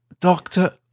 Doctor